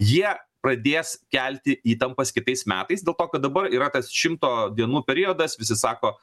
jie pradės kelti įtampas kitais metais dėl to kad dabar yra tas šimto dienų periodas visi sako